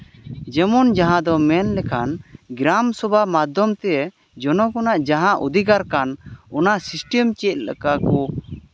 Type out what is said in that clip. ᱡᱮᱢᱚᱱ ᱡᱟᱦᱟᱸ ᱫᱚ ᱢᱮᱱ ᱞᱮᱠᱷᱟᱱ ᱜᱨᱟᱢ ᱥᱚᱵᱷᱟ ᱢᱟᱫᱽᱫᱷᱚᱢ ᱛᱮ ᱡᱚᱱᱚᱜᱚᱱᱟᱜ ᱡᱟᱦᱟᱸ ᱚᱫᱷᱤᱠᱟᱨ ᱠᱟᱱ ᱚᱱᱟ ᱥᱤᱥᱴᱮᱢ ᱪᱮᱫ ᱞᱮᱠᱟ ᱠᱚ